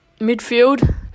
midfield